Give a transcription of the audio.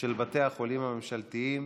של בתי חולים ממשלתיים